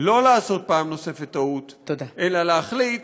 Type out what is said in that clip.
לא לעשות פעם נוספת טעות, אלא להחליט